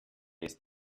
ist